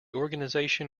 organization